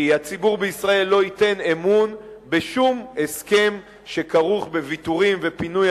כי הציבור בישראל לא ייתן אמון בשום הסכם שכרוך בוויתורים ובפינוי